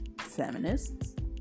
feminists